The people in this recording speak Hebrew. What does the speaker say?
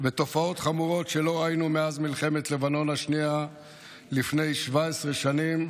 ותופעות חמורות שלא ראינו מאז מלחמת לבנון השנייה לפני 17 שנים.